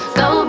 go